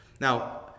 Now